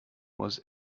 was